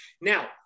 now